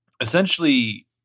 essentially